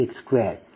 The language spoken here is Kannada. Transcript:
898820